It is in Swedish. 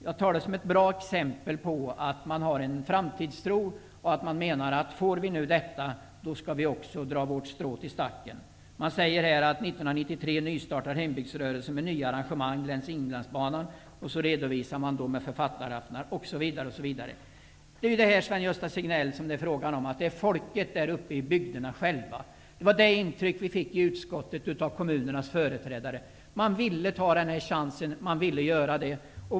Jag ser det som ett bra exempel på att man har en framtidstro och att man menar att om vi nu får ett positivt beslut, skall man också dra sitt strå till stacken. Man skriver att hembygdsrörelsen 1993 nystartar med olika arrangemang längs Inlandsbanan, författaraftnar osv. Det är, Sven-Gösta Signell, folket självt uppe i dessa bygder som vill ta denna chans. Det var det intryck som vi fick i utskottet av kommunernas företrädare.